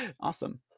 Awesome